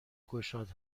گشاد